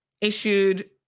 issued